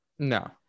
No